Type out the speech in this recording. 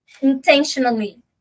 intentionally